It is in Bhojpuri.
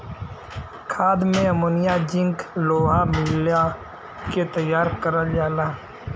खाद में अमोनिया जिंक लोहा मिला के तैयार करल जाला